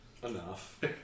Enough